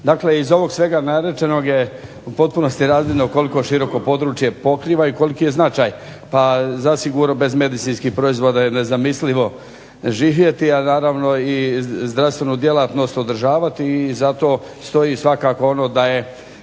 Dakle iz ovog svega narečenog je u potpunosti razvidno koliko široko područje pokriva i koliki je značaj, pa zasigurno bez medicinskih proizvoda je nezamislivo živjeti, ali naravno i zdravstvenu djelatnost održavati i zato stoji svakako ono da je